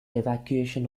evacuation